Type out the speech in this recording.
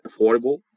affordable